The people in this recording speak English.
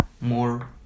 more